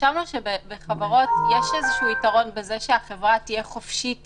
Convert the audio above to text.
חשבנו שבחברות יש יתרון בזה שהחברה תהיה חופשית